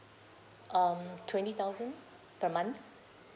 um twenty thousand per month